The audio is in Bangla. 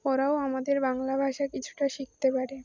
ওরাও আমাদের বাংলা ভাষা কিছুটা শিখতে পারে